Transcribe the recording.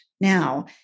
now